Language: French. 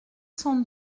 cent